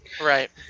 Right